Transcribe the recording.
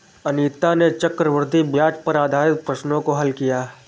अनीता ने चक्रवृद्धि ब्याज पर आधारित प्रश्नों को हल किया